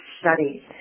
studies